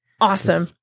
Awesome